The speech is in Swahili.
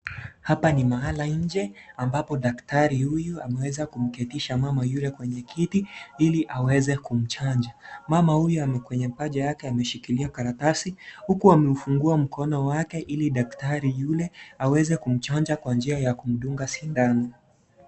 Hapa ni mahala nje ambapo daktari huyu ameweza kumketisha mama yuke kwenye kiti ili aweze kumchanja, mama huyu kwenye paja yake ameshikilia karatasi huku amefungua mkono wake ili daktari yule aweze kumchanja kwa njia ya kumdunga shindano .